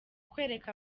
kwereka